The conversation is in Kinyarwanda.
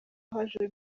haje